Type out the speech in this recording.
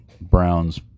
Browns